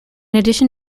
addition